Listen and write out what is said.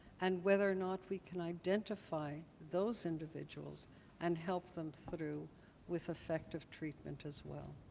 and whether or not we can identify those individuals and help them through with effective treatment as well.